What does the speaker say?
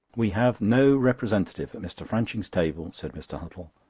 we have no representative at mr. franching's table, said mr. huttle,